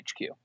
HQ